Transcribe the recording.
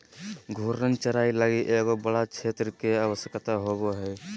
घूर्णन चराई लगी एगो बड़ा क्षेत्र के आवश्यकता होवो हइ